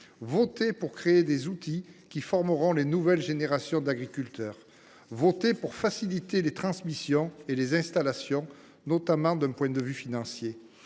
voter pour créer des outils qui formeront les nouvelles générations d’agriculteurs ; voter pour faciliter les transmissions et les installations, notamment d’un point de vue financier